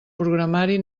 programari